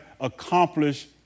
accomplished